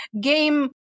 game